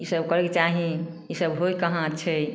इसब करैके चाही इसब होइ कहाँ छै